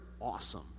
awesome